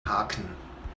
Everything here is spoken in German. haken